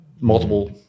multiple